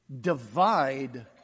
divide